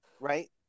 right